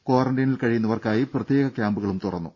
ക്വാറന്റീനിൽ കഴിയുന്നവർക്കായി പ്രത്യേക ക്യാമ്പുകളും തുറന്നു